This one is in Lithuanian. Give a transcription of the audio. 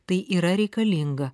tai yra reikalinga